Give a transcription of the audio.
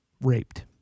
raped